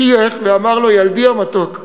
חייך ואמר לו: ילדי המתוק,